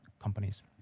companies